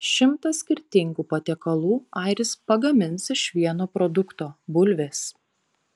šimtą skirtingų patiekalų airis pagamins iš vieno produkto bulvės